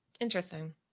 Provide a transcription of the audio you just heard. Interesting